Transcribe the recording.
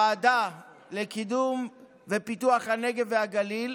בוועדה לקידום ופיתוח הנגב והגליל.